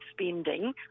spending